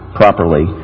properly